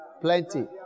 plenty